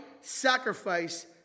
sacrifice